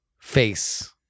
face